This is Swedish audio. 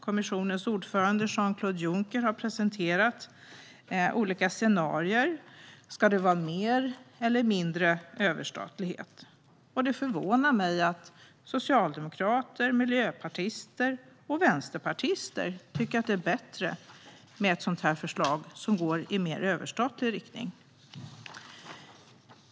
Kommissionens ordförande Jean-Claude Juncker har presenterat olika scenarier. Ska det vara mer eller mindre överstatlighet? Det förvånar mig att socialdemokrater, miljöpartister och vänsterpartister tycker att ett förslag som går i mer överstatlig riktning är bättre.